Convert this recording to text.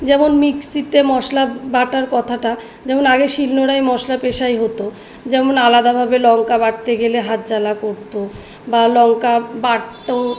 যেমন মিক্সিতে মশলা বাটার কথাটা যেমন আগে শিলনোড়ায় মশলা পেষাই হতো যেমন আলাদাভাবে লঙ্কা বাটতে গেলে হাত জ্বালা করত বা লঙ্কা বাটত